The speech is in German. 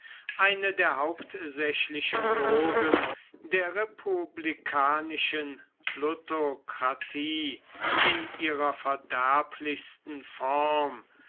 eine der hauptsächlichen burgen der republikanischen plutokratie in ihrer verderblichsten form